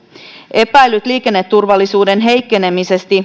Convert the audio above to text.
epäilty liikenneturvallisuuden heikkeneminen